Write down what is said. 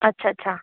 अच्छा अच्छा